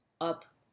up